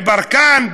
בברקן,